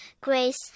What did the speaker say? grace